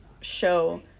show